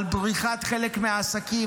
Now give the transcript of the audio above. בריחת חלק מהעסקים,